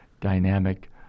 dynamic